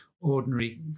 ordinary